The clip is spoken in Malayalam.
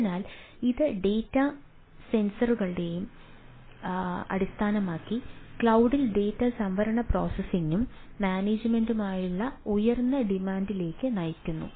അതിനാൽ ഇത് ഡാറ്റാ സെന്ററുകളെ അടിസ്ഥാനമാക്കി ക്ലൌഡിൽ ഡാറ്റ സംഭരണ പ്രോസസ്സിംഗിനും മാനേജുമെന്റിനുമുള്ള ഉയർന്ന ഡിമാൻഡിലേക്ക് നയിച്ചു